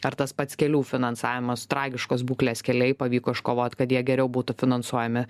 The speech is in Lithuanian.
ar tas pats kelių finansavimas tragiškos būklės keliai pavyko iškovot kad jie geriau būtų finansuojami